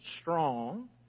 strong